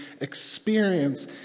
experience